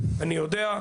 אני יודע,